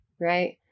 Right